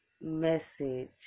message